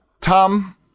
Tom